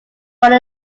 one